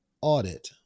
audit